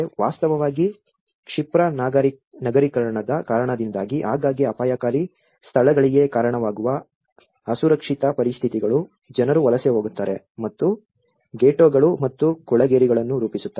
ವಾಸ್ತವವಾಗಿ ಕ್ಷಿಪ್ರ ನಗರೀಕರಣದ ಕಾರಣದಿಂದಾಗಿ ಆಗಾಗ್ಗೆ ಅಪಾಯಕಾರಿ ಸ್ಥಳಗಳಿಗೆ ಕಾರಣವಾಗುವ ಅಸುರಕ್ಷಿತ ಪರಿಸ್ಥಿತಿಗಳು ಜನರು ವಲಸೆ ಹೋಗುತ್ತಾರೆ ಮತ್ತು ಘೆಟ್ಟೋಗಳು ಮತ್ತು ಕೊಳೆಗೇರಿಗಳನ್ನು ರೂಪಿಸುತ್ತಾರೆ